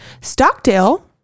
Stockdale